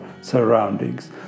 surroundings